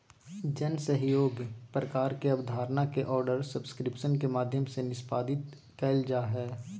जन सहइोग प्रकार के अबधारणा के आर्डर सब्सक्रिप्शन के माध्यम से निष्पादित कइल जा हइ